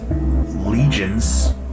legions